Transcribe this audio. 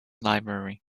library